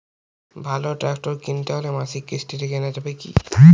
ভালো ট্রাক্টর কিনতে হলে মাসিক কিস্তিতে কেনা যাবে কি?